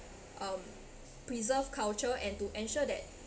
um preserve culture and to ensure that